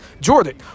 Jordan